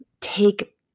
take